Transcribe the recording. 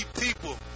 people